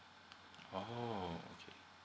oh okay